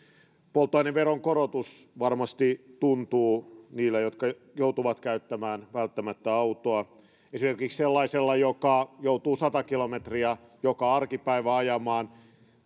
polttoaineveron korotus varmasti tuntuu niillä jotka joutuvat käyttämään välttämättä autoa esimerkiksi sellaisella joka joutuu sata kilometriä joka arkipäivä ajamaan